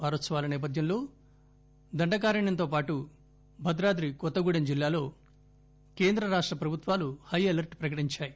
వారోత్సవాల నేపథ్యంలో దండకారణ్యంతో పాటు భద్రాద్రి కొత్తగూడెం జిల్లాలో కేంద్ర రాష్ట ప్రభుత్వాలు హై అలర్ట్ ప్రకటించాయి